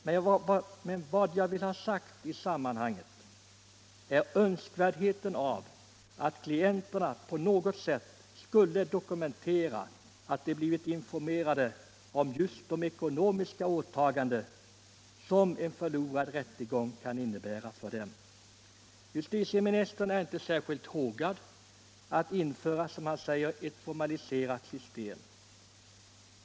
Men vad jag vill framhålla i sammanhanget är önskvärdheten av att klienter på något sätt skulle dokumentera att de blivit informerade om just det ekonomiska åtagande som en förlorad rättegång kan innebära för dem. Justitieministern är inte särskilt hågad att, som han uttrycker det, införa ett formaliserat system.